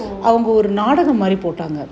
oh